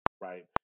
right